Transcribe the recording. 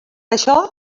això